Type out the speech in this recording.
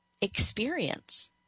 experience